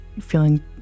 feeling